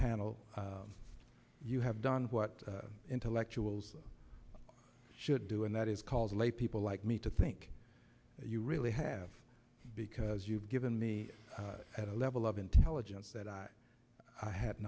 panel you have done what intellectuals should do and that is called lay people like me to think you really have because you've given me at a level of intelligence that i had